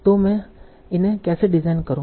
तो मैं इन्हें कैसे डिफाइन करूं